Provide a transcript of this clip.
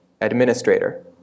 administrator